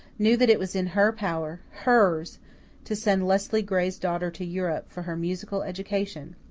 knew that it was in her power hers to send leslie gray's daughter to europe for her musical education!